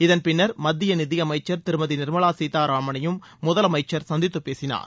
இதன்பின்னர் மத்திய நிதியமைச்சர் திருமதி நிர்மலா சீதாராமனையும் முதலமைச்சர் சந்தித்து பேசினார்